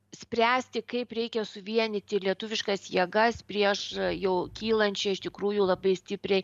spręsti kaip reikia suvienyti lietuviškas jėgas prieš jau kylančią iš tikrųjų labai stipriai